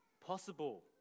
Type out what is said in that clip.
possible